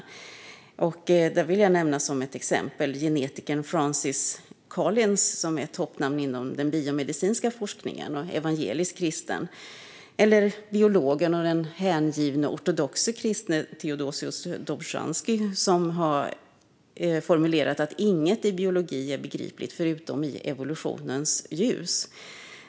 Som exempel vill jag nämna genetikern Francis Collins, ett toppnamn inom den biomedicinska forskningen och evangelisk kristen, och biologen och den hängivne ortodoxe kristne Theodosius Dobzhansky, som formulerat att inget i biologin är begripligt utom i evolutionens ljus.